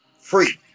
free